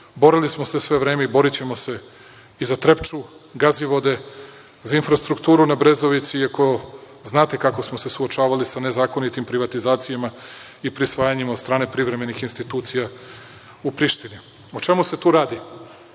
Borili smo se sve vreme i borićemo se i za „Trepču“, Gazivode, za infrastrukturu na Brezovici, iako znate kako smo se suočavali sa nezakonitim privatizacijama i prisvajanjima od strane privremenih institucija u Prištini.O čemu se tu radi,